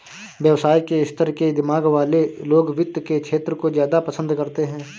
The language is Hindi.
व्यवसाय के स्तर के दिमाग वाले लोग वित्त के क्षेत्र को ज्यादा पसन्द करते हैं